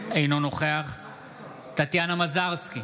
אינו נוכח טטיאנה מזרסקי,